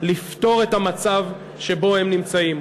לפתור את המצב שבו הם נמצאים.